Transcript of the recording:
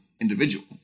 individual